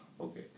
Okay